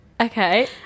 Okay